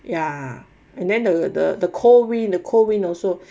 ya and then the the the cold wind the cold wind also